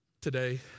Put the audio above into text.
Today